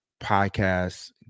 Podcasts